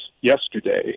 yesterday